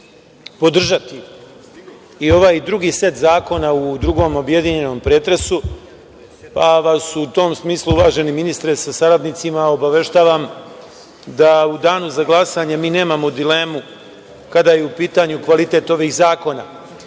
podržati i ovaj drugi set zakona u drugom objedinjenom pretresu, pa vas u tom smislu uvaženi ministre sa saradnicima obaveštavam da u danu za glasanje mi nemamo dilemu kada je u pitanju kvalitet ovih